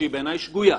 שהיא בעיניי שגויה,